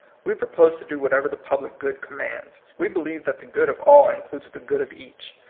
we propose to do whatever the public good commands. we believe that the good of all includes the good of each.